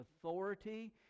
authority